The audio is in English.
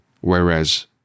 whereas